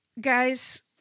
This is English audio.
Guys